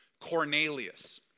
Cornelius